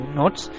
notes